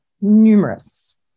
numerous